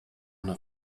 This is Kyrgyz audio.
аны